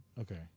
Okay